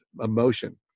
emotion